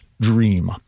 dream